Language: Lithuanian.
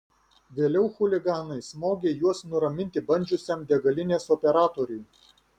vėliau chuliganai smogė juos nuraminti bandžiusiam degalinės operatoriui